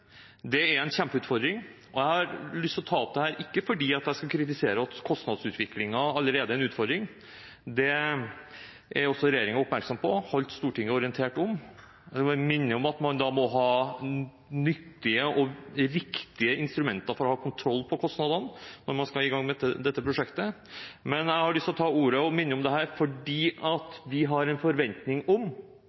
Det er en kjempeutfordring. Jeg har lyst til å ta opp dette – ikke fordi jeg skal kritisere at kostnadsutviklingen allerede er en utfordring, det er også regjeringen oppmerksom på og har holdt Stortinget orientert om – jeg vil bare minne om at man da må ha nyttige og viktige instrumenter for å ha kontroll på kostnadene når man skal i gang med dette prosjektet. Jeg hadde lyst til å ta ordet og minne om dette fordi vi har en forventning om